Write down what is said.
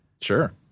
Sure